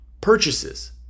purchases